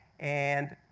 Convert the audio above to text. and,